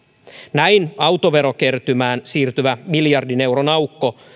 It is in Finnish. näin autoverokertymään siirtyvä miljardin euron aukko